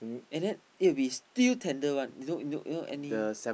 and then it will be still tender one you know you know you know any